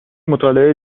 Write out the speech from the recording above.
مطالعه